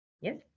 Yes